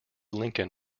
lincoln